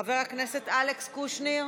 חבר הכנסת אלכס קושניר,